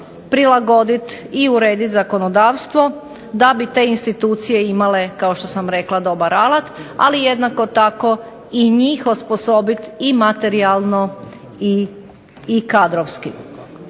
prilagodit i uredit zakonodavstvo da bi te institucije imale kao što sam rekla dobar alat, ali jednako tako i njih osposobit i materijalno i kadrovski.